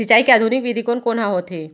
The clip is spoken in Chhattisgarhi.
सिंचाई के आधुनिक विधि कोन कोन ह होथे?